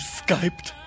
skyped